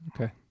okay